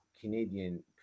canadian